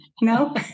No